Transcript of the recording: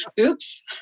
Oops